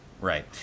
right